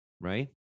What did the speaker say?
right